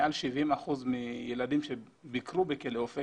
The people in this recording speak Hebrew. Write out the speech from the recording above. מעל 70 אחוזים מהילדים שביקרו בכלא אופק